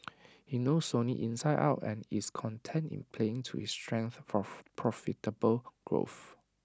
he knows Sony inside out and is content in playing to his strengths for profitable growth